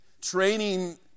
training